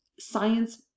Science